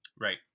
right